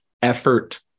effort